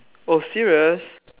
oh serious